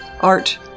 art